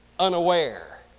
unaware